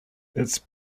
its